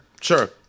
Sure